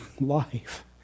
life